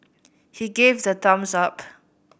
he gave the thumbs up